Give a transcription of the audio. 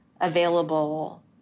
available